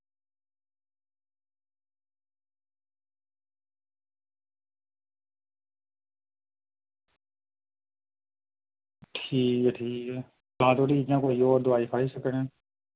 ठीक ऐ ठीक ऐ इंया होर कोई दोआई खाई सकने